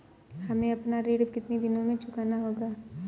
हमें अपना ऋण कितनी दिनों में चुकाना होगा?